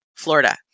florida